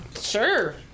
Sure